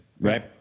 right